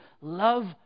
love